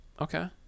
Okay